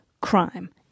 crime